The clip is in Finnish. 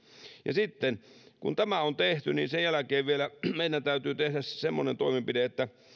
ja sitten kun tämä on tehty niin sen jälkeen meidän täytyy tehdä semmoinen toimenpide että